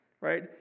right